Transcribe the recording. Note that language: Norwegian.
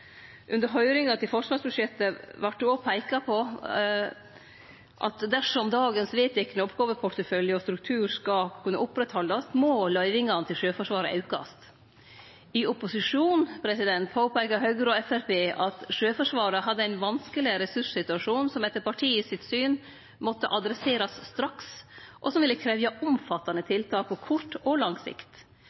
Under høyringa til forsvarsbudsjettet vart det også peikt på at dersom dagens vedtekne oppgåveportefølje og struktur skal kunne oppretthaldast, må løyvingane til Sjøforsvaret aukast. I opposisjon påpeikte Høgre og Framstegspartiet at Sjøforsvaret hadde ein vanskeleg ressurssituasjon, som etter partias syn måtte adresserast straks, og som ville krevje omfattande tiltak på kort og lang sikt.